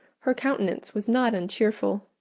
her countenance was not uncheerful.